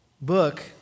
book